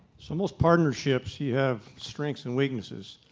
so most partnerships you have strengths and weaknesses.